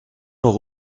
leur